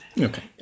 okay